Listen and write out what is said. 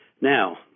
Now